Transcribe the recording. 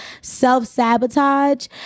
self-sabotage